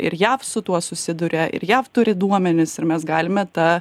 ir jav su tuo susiduria ir jav turi duomenis ir mes galime ta